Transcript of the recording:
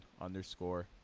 underscore